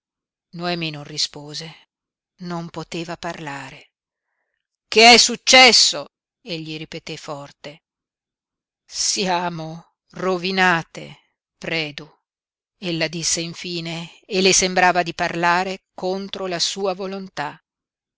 noemi non rispose non poteva parlare che è successo egli ripeté forte siamo rovinate predu ella disse infine e le sembrava di parlare contro la sua volontà